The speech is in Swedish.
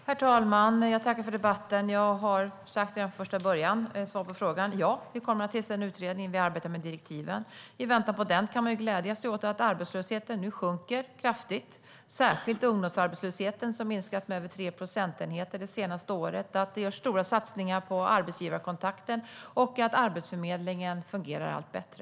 Herr talman! Jag tackar för debatten. Jag svarade från första början ja på frågan. Vi kommer att tillsätta en utredning, och vi arbetar med direktiven. I väntan på utredningen kan man glädja sig åt att arbetslösheten sjunker kraftigt, särskilt ungdomsarbetslösheten som har minskat med över 3 procentenheter det senaste året. Det görs stora satsningar på arbetsgivarkontakten, och Arbetsförmedlingen fungerar allt bättre.